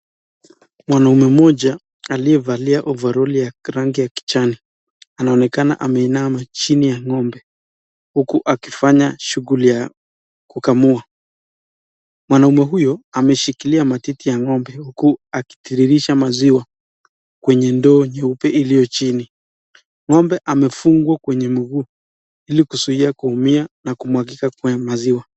Mwanaume mmoja aliyevalia overoli ya rangi ya kijani, anaonekana ameinama chini ya ng'ombe, huku akifanya shughuli ya kukamua. Mwanaume huyu ameshikilia matiti ya ng'ombe, huku akitiririsha maziwa, kwenye ndoo nyeupe iliyo chini. Ng'ombe amefungwa kwenye mguu ili kuzuiya kuumia na kumwagika kwa maziwa.